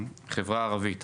אתייחס לחברה הערבית.